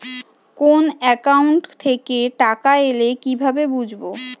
কোন একাউন্ট থেকে টাকা এল কিভাবে বুঝব?